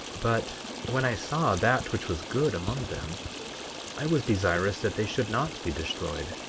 but when i saw that which was good among them i was desirous that they should not be destroyed.